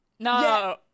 No